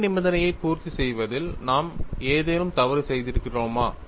எல்லை நிபந்தனையை பூர்த்தி செய்வதில் நாம் ஏதேனும் தவறு செய்திருக்கிறோமா